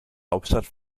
hauptstadt